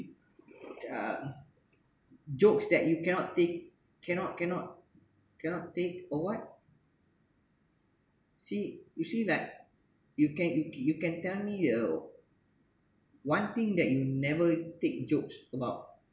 uh jokes that you cannot take cannot cannot cannot take or what see you see like you can you can tell me uh one thing that you never take jokes about